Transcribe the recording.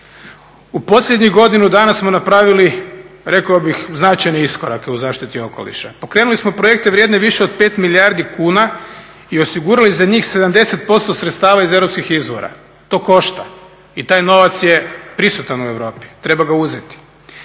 U posljednjih godinu dana smo napravili rekao bih značajne iskorake u zaštiti okoliša. Pokrenuli smo projekte vrijedne više od 5 milijardi kuna i osigurali za njih 70% sredstava iz europskih izvora. To košta i taj novac je prisutan u Europi, treba ga uzeti.